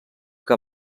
que